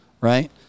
right